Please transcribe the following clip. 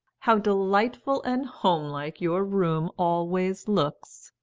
how delightful and home-like your room always looks!